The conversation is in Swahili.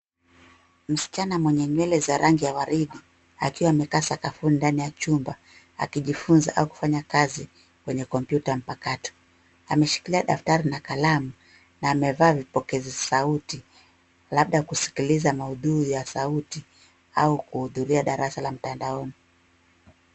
Msichana mwenye nywele za rangi ya waridi, akiwa amekaa sakafuni ndani ya chumba, akijifuza au kufanya kazi kwenye kompyuta mpakato. Ameshikilia daftari na kalamu na amevaa vipokezi sauti, labda kusikiliza maudhui ya sauti au kuhudhuria darasa la mtandaoni.